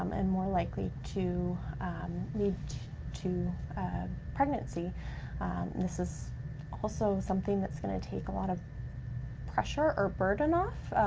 um and more likely to lead to pregnancy. and this is also something that's gonna take a lot of pressure or burden off.